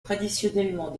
traditionnellement